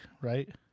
right